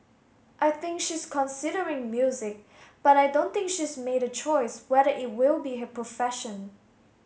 I think she's considering music but I don't think she's made a choice whether it will be her profession